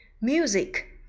Music